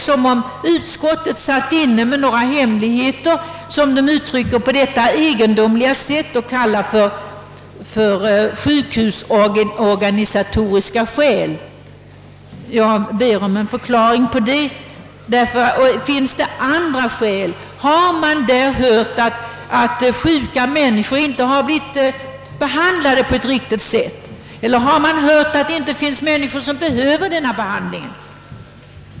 Sitter utskottet inne med några hemligheter som uttryckes med orden av »sjukhusorganisatorisk art». Jag ber om en förklaring på den punkten. Finns det andra skäl? Har man hört att sjuka människor inte blivit behandlade på ett riktigt sätt? Har man hört att det inte finns några människor som behöver behandlingen?